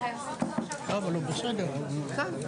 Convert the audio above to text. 12:20.